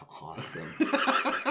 awesome